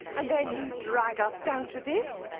and then you drag us down to this!